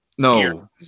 No